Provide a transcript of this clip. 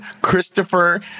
Christopher